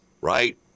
right